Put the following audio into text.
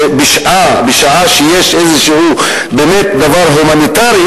שבשעה שיש באמת דבר הומניטרי,